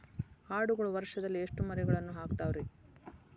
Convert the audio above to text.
ಆಡುಗಳು ವರುಷದಲ್ಲಿ ಎಷ್ಟು ಮರಿಗಳನ್ನು ಹಾಕ್ತಾವ ರೇ?